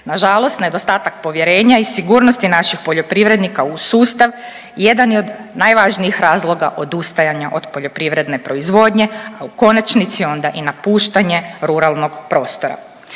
Nažalost, nedostatak povjerenja i sigurnosti naših poljoprivrednika u sustav jedan je od najvažnijih razloga odustajanja od poljoprivredne proizvodnje, a u konačnici onda i napuštanje ruralnog prostora.